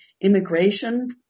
immigration